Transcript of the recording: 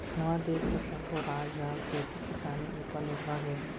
हमर देस के सब्बो राज ह खेती किसानी उपर निरभर हे